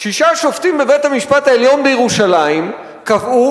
שישה שופטים בבית-המשפט העליון בירושלים קבעו